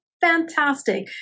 fantastic